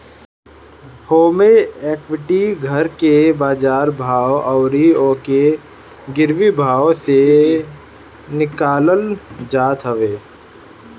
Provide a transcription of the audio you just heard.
होमे equity घर के बाजार भाव अउरी ओके गिरवी भाव से निकालल जात हवे